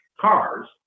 cars